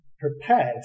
prepared